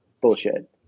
bullshit